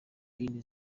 bin